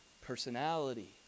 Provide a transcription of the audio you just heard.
personality